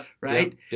right